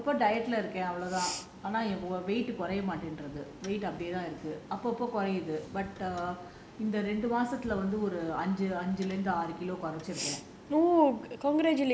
ஒன்னு இதில்லா அப்பப்ப:onnu ithillaa appapa diet இருக்கேன் அவ்ளோதான் ஆனா குறைய மாடீங்குது அப்டியேதான் இருக்கு அப்பப்போ குறையுது இந்த ரெண்டு மாசத்துல வந்து ஒரு அஞ்சுல இருந்து ஆறு கிலோ குறைச்சு இருக்கேன்:irukaen avlothaan aana kuraiya matenguthu apdiyae thaan iruku appapo kuraiyuthu intha rendu masathula vanthu oru anjula irunthu aaru kila kurachu irukaen